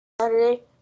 Saturday